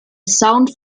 sound